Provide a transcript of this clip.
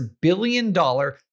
billion-dollar